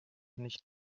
nicht